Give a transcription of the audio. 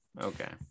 okay